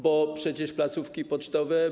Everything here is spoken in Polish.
Bo przecież placówki pocztowe.